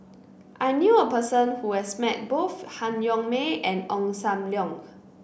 I knew a person who has met both Han Yong May and Ong Sam Leong